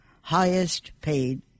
highest-paid